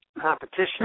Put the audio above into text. competition